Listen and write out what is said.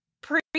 pre